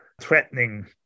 threatening